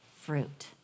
fruit